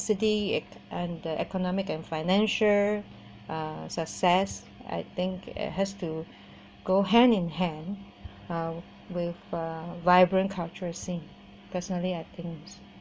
city e~ and the economic and financial uh success I think it has to go hand in hand uh with a vibrant cultural scene personally I think